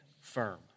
firm